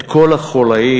את כל החוליים,